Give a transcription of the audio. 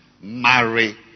marry